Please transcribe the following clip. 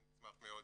נשמח מאוד,